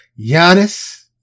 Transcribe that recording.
Giannis